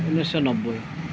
ঊনৈছশ নব্বৈ